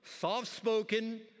soft-spoken